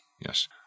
yes